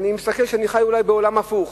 אולי אני חי בעולם הפוך,